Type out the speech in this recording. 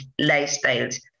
lifestyles